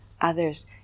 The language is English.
others